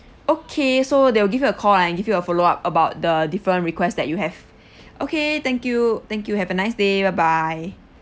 okay so they will give you a call and give you a follow up about the different request that you have okay thank you thank you have a nice day bye bye